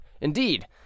Indeed